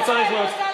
לא לא לא,